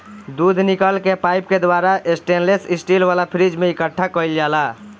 दूध निकल के पाइप के द्वारा स्टेनलेस स्टील वाला फ्रिज में इकठ्ठा कईल जाला